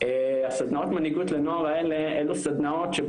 הסדנאות מנהיגות לנוער האלה,